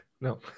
No